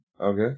Okay